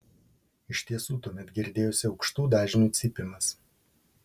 iš tiesų tuomet girdėjosi aukštų dažnių cypimas